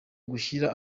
gushyira